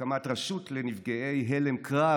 להקמת רשות לנפגעי הלם קרב.